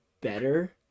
better